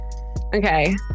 Okay